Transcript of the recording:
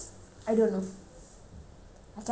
I cannot keep it in anymore right in the wall